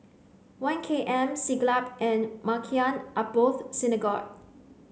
One K M Siglap and Maghain Aboth Synagogue